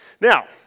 Now